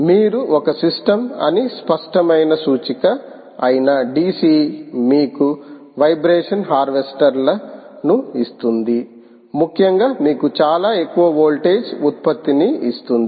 మీరు ఒక సిస్టమ్ అని స్పష్టమైన సూచిక అయిన DC మీకు వైబ్రేషన్ హార్వెస్టర్లను ఇస్తుంది ముఖ్యంగా మీకు చాలా ఎక్కువ వోల్టేజ్ ఉత్పత్తిని ఇస్తుంది